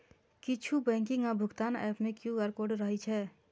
किछु बैंकिंग आ भुगतान एप मे क्यू.आर कोड रहै छै